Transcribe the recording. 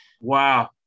Wow